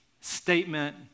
statement